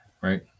Right